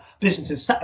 businesses